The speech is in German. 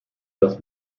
das